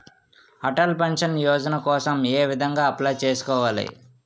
Atal pension Yojana కోసం ఏ విధంగా అప్లయ్ చేసుకోవాలి?